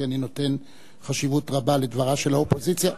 כי אני נותן חשיבות רבה לדברה של האופוזיציה,